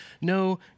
no